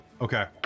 Okay